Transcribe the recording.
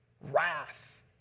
wrath